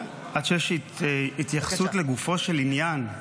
עד שיש התייחסות לגופו של עניין.